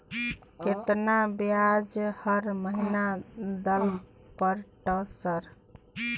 केतना ब्याज हर महीना दल पर ट सर?